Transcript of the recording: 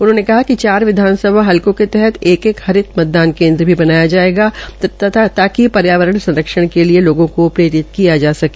उन्होंने कहा कि चार विधानसभाओं हलकों के तहत एक हरित मतदान केन्द्र बनाया जायेगा ताकि पर्यावरण संरक्षण के लिए लोगों को प्रेरित किया जा सके